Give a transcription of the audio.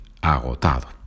agotado